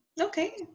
Okay